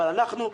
אבל אנחנו,